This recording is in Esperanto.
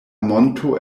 monto